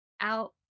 out